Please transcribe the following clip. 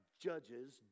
judges